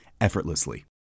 effortlessly